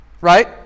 right